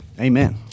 Amen